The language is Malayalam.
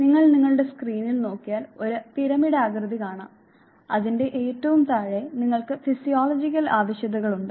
നിങ്ങൾ നിങ്ങളുടെ സ്ക്രീനിൽ നോക്കിയാൽ ഒരു പിരമിഡാകൃതി കാണാം അതിന്റെ ഏറ്റവും താഴെ നിങ്ങൾക്ക് ഫിസിയോളജിക്കൽ ആവശ്യകതകളുണ്ട്